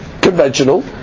conventional